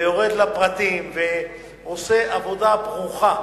ויורד לפרטים ועושה עבודה ברוכה